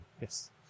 Yes